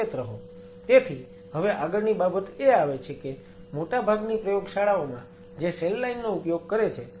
તેથી હવે આગળની બાબત એ આવે છે કે મોટાભાગની પ્રયોગશાળાઓમાં જે સેલ લાઈન નો ઉપયોગ કરે છે